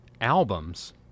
albums